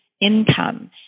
income